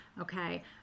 okay